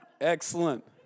Excellent